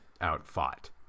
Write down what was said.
out-fought